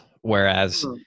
whereas